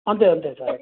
అంతే అంతే సార్